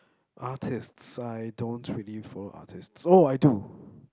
artists I don't really follow artists oh I do